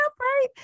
right